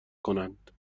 کنند